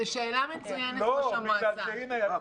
זו שאלה מצוינת, ראש המועצה, שאלה נהדרת.